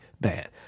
bad